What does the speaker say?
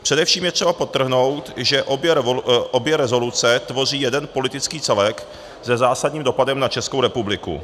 Především je třeba podtrhnout, že obě rezoluce tvoří jeden politický celek se zásadním dopadem na Českou republiku.